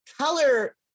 color